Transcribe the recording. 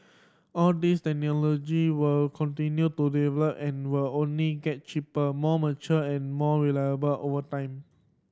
all these technology will continue to develop and will only get cheaper more mature and more reliable over time